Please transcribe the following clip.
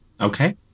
Okay